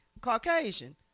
Caucasian